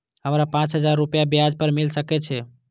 हमरा पाँच हजार रुपया ब्याज पर मिल सके छे?